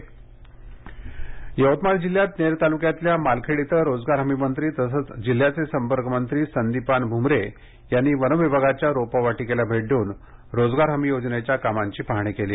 रोहयो पाहणी यवतमाळ यवतमाळ जिल्ह्यात नेर तालुक्यातल्या मालखेड इथं रोजगार हमी मंत्री तसंच जिल्ह्याचे संपर्क मंत्री संदिपान भूमरे यांनी वनविभागाच्या रोपवाटिकेला भेट देऊन रोजगार हमी योजनेच्या कामाची पाहणी केली